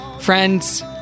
Friends